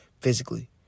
physically